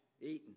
Eating